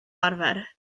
arfer